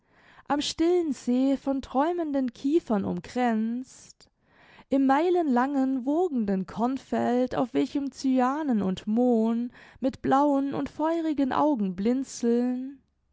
am stillen see von träumenden kiefern umkränzt im meilenlangen wogenden kornfeld auf welchem cyanen und mohn mit blauen und feurigen augen blinzeln